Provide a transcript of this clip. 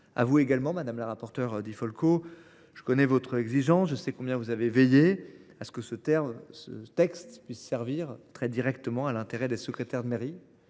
à vous également, madame la rapporteure Di Folco, dont je connais l’exigence – je sais combien vous avez veillé à ce que ce texte serve strictement l’intérêt des secrétaires de mairie